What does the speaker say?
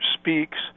speaks